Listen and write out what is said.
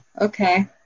okay